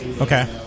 Okay